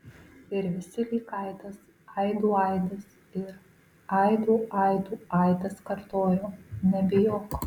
ir visi lyg aidas aidų aidas ir aidų aidų aidas kartojo nebijok